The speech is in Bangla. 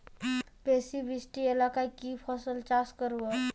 বেশি বৃষ্টি এলাকায় কি ফসল চাষ করব?